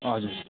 हजुर